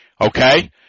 okay